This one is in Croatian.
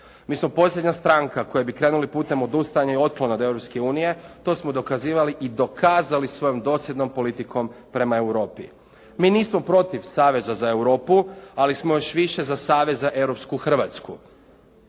Mi smo posljednja stranka koja bi krenuli putem odustajanja i otklona od Europske unije. To smo dokazivali i dokazali svojom dosljednom politikom prema Europi. Mi nismo protiv saveza za Europu, ali smo još više za savez za europski Hrvatsku